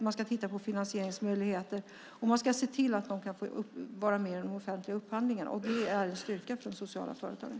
Man ska titta på finansieringsmöjligheter och se till att de kan få vara med i de offentliga upphandlingarna. Det är en styrka för de sociala företagen.